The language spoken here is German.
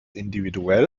individuell